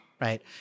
right